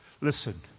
Listen